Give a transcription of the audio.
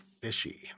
fishy